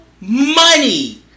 money